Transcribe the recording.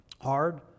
hard